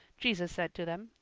jesus said to them,